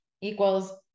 equals